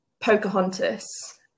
Pocahontas